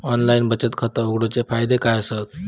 Online बचत खाता उघडूचे फायदे काय आसत?